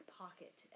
pocket